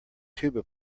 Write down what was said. tuba